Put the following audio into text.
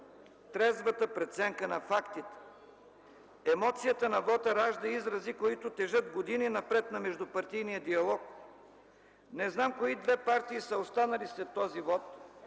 трезвата преценка на фактите. Емоцията на вота ражда изрази, които тежат години напред на междупартийния диалог. Не знам кои две партии са останали след този вот,